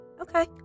Okay